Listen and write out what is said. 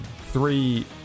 three